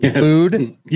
Food